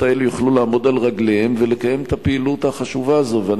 האלה יוכלו לעמוד על רגליהם ולקיים את הפעילות החשובה הזאת.